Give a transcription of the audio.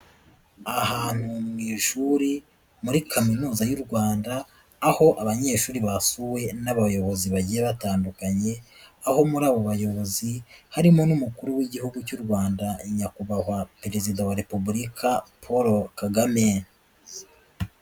Ahantu mu ishuri, muri kaminuza y'u Rwanda, aho abanyeshuri bafuwe n'abayobozi bagiye batandukanye, aho muri abo bayobozi harimo n'umukuru w'igihugu cy'u Rwanda, Nyakubahwa perezida wa repubulika Paul Kagame.